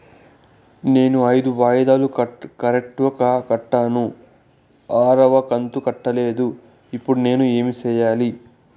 నేను ఐదు వాయిదాలు కరెక్టు గా కట్టాను, ఆరవ కంతు కట్టలేదు, ఇప్పుడు నేను ఏమి సెయ్యాలి?